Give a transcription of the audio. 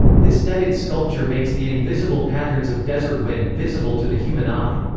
this netted sculpture makes the invisible patterns of desert wind visible to the human eye.